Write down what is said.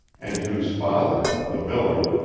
and whose father, the miller,